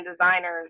designers